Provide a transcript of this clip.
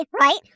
right